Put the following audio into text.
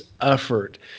effort